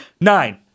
Nine